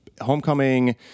homecoming